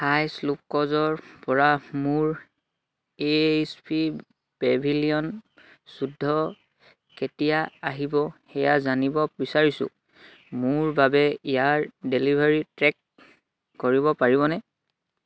হাই শ্বপক্লুজৰপৰা মোৰ H P pavilion চৈধ্য কেতিয়া আহিব সেয়া জানিব বিচাৰিছোঁ মোৰ বাবে ইয়াৰ ডেলিভাৰী ট্ৰেক কৰিব পাৰিবনে